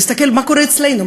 נסתכל מה קורה אצלנו,